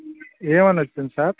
ఏమని వచ్చింది సార్